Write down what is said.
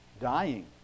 dying